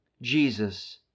Jesus